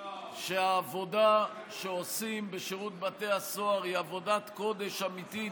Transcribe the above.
שהעבודה שעושים בשירות בתי הסוהר היא עבודת קודש אמיתית,